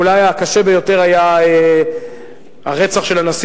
אולי הקשה ביותר היה הרצח של הנשיא